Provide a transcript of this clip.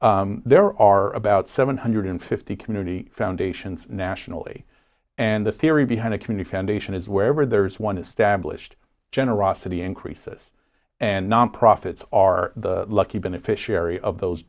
there are about seven hundred fifty community foundations nationally and the theory behind a community foundation is wherever there is one established generosity increases and nonprofits are the lucky beneficiary of those